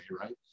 right